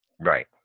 Right